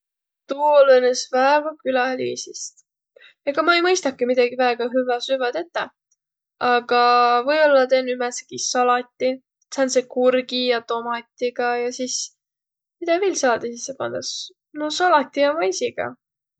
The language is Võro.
Tuu olõnes väega küläliisist. Ega ma ei mõistaki midägi väega hüvvä süvvä tetäq, aga või-ollaq tennüq määntsegi salati. Sääntse kurgi ja tomatiga ja sis midä viil salati sisse pandas. No salati ja maisiga.